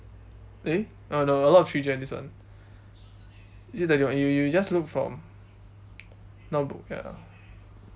eh oh no a lot of three gen this one is it that one you you you just look from now book ya